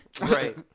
Right